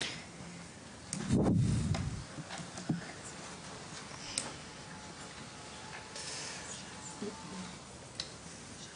(תמר בוכה ויוצאת מאולם הוועדה).